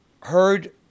heard